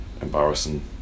embarrassing